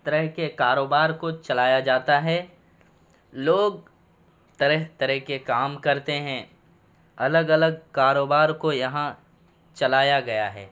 طرح کے کاروبار کو چلایا جاتا ہے لوگ طرح طرح کے کام کرتے ہیں الگ الگ کاروبار کو یہاں چلایا گیا ہے